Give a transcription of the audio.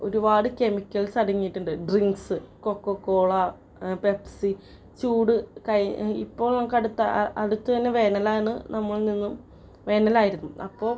ഒരുപാട് കെമിക്കൽസ് അടങ്ങിയിട്ടുണ്ട് drinks Coca Cola Pepsi ചൂട് കയി ഇപ്പോൾ നമുക്കടുത്താണ് അടുത്തു തന്നെ വേനലാണ് നമ്മളിൽ നിന്നും വേനലായിരുന്നു അപ്പോൾ